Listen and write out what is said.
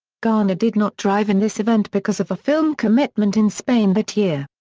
garner did not drive in this event because of a film commitment in spain that year.